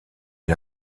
est